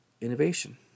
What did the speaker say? innovation